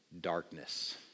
darkness